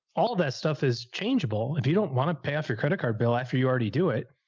all that stuff is changeable. if you don't want to pay off your credit card bill after you already do it.